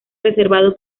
reservado